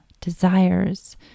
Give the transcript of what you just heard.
desires